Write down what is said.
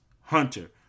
Hunter